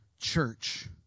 church